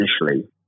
initially